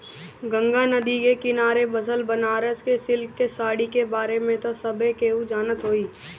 गंगा नदी के किनारे बसल बनारस के सिल्क के साड़ी के बारे में त सभे केहू जानत होई